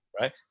right